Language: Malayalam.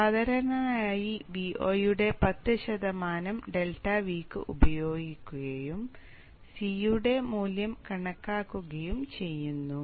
അതിനാൽ സാധാരണയായി Vo യുടെ 10 ശതമാനം ∆V യ്ക്ക് ഉപയോഗിക്കുകയും C യുടെ മൂല്യം കണക്കാക്കുകയും ചെയ്യുന്നു